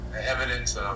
evidence